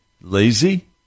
lazy